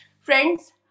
Friends